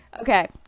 Okay